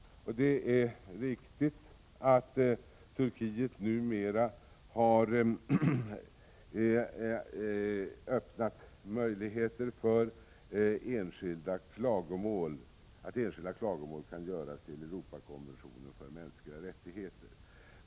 Det är riktigt att Turkiet numera har öppnat möjligheten för att enskilda klagomål kan göras inom ramen för Europakonventionen för mänskliga rättigheter.